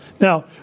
Now